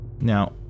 Now